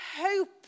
hope